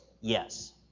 Yes